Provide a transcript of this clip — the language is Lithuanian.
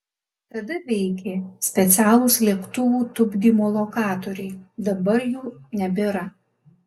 tada veikė specialūs lėktuvų tupdymo lokatoriai dabar jų nebėra